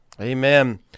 Amen